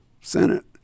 Senate